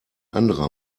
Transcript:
anderer